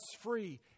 free